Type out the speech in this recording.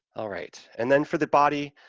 all right, and then for the body,